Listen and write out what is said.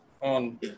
on